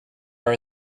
are